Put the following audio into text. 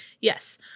Yes